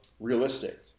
realistic